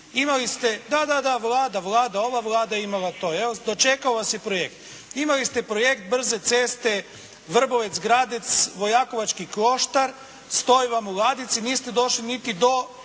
se ne čuje./ … Da, da Vlada. Ova Vlada je imala to. Dočekao vas je projekt. Imali ste projekt brze ceste Vrbovec – Gradec – Vojakovački Kloštar, stoji vam u ladici, niste došli niti do